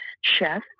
chef